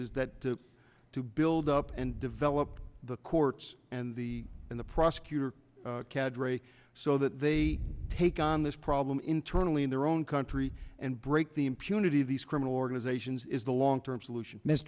is that to to build up and develop the courts and the in the prosecutor cadre so that they take on this problem internally in their own country and break the impunity of these criminal organizations is the long term solution m